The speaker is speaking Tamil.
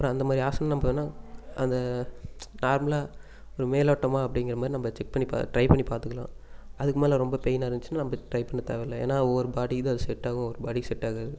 அப்புறம் அந்த மாதிரி ஆசனம் நம்ம வேணா அந்த நார்மலாக ஒரு மேலோட்டமாக அப்படிங்கற மாதிரி நம்ம செக் ட்ரை பண்ணி ட்ரை பண்ணி பார்த்துக்கலாம் அதுக்கு மேலே ரொம்ப பெய்னாக இருந்துச்சுன்னால் நம்ம ட்ரை பண்ண தேவையில்லை ஏன்னா ஒவ்வொரு பாடிக்குதான் அது செட்டாகும் ஒவ்வொரு பாடிக்கு செட்டாகாது